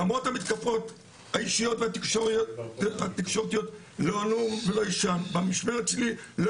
למרות המתקפות האישיות בתקשורת במשמרת שלי אני